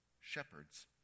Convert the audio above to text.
shepherds